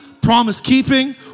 promise-keeping